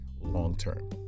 long-term